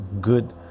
good